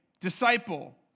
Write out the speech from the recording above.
disciple